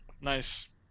nice